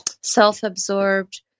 self-absorbed